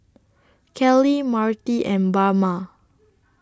Kellie Marty and Bama